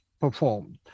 performed